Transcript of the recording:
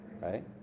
right